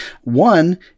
One